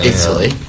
Italy